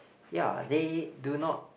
ya they do not